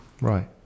Right